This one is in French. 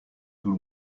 tout